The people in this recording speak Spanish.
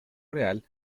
real